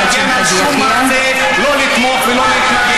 אין בסיס לחוק הזה, אני כבר הוספתי לך.